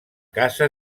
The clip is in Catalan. casa